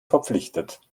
verpflichtet